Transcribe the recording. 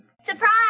Surprise